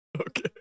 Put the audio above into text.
Okay